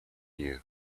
you